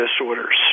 disorders